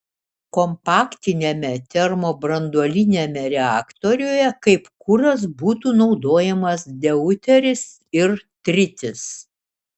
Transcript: kompaktiniame termobranduoliniame reaktoriuje kaip kuras būtų naudojamas deuteris ir tritis